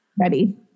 ready